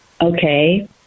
Okay